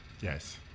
Yes